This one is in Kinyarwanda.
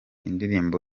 indirimbo